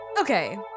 Okay